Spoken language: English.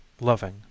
loving